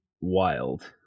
wild